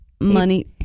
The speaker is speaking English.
money